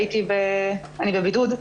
אני בבידוד.